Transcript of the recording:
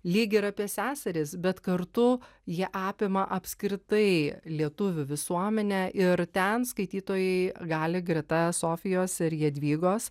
lyg ir apie seseris bet kartu jie apima apskritai lietuvių visuomenę ir ten skaitytojai gali greta sofijos ir jadvygos